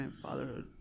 Fatherhood